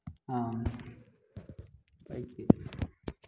bike